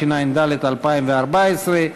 התשע"ד 2014,